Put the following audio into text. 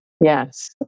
Yes